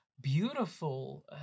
beautiful